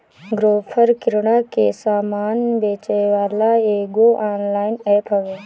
Grofer kirana के सामान बेचेवाला एगो ऑनलाइन एप्प हवे